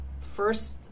First